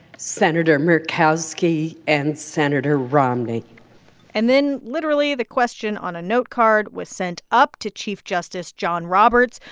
senator murkowski and senator romney and then, literally, the question on a notecard was sent up to chief justice john roberts,